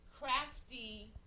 crafty